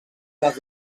les